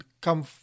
come